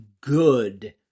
good